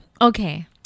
Okay